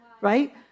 Right